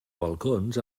balcons